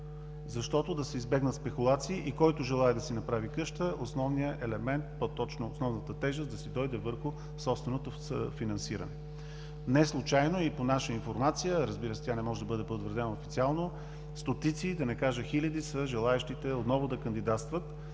за да се избегнат спекулации и който желае да си направи къща, основната тежест да дойде върху собствено финансиране. Неслучайно и по наша информация, разбира се, тя не може да бъде потвърдена официално, стотици, да не кажа хиляди, са желаещите отново да кандидатстват.